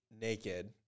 naked